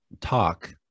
talk